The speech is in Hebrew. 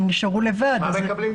הם נשארו לבד -- מה מקבלים?